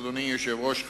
אדוני היושב-ראש,